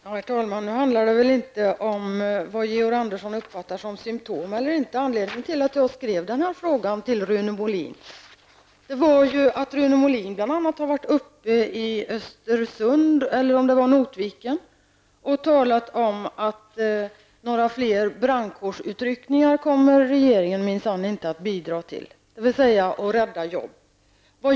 Herr talman! Nu handlar det väl inte om vad Georg Andersson uppfattar som symtom eller inte. Anledningen till att jag ställde den här frågan till Rune Molin var att han har varit uppe i Östersund, eller om det var Notviken, och talat om att regeringen minsann inte kommer att bidra till några fler brandkårsutryckningar, dvs. för att rädda jobb.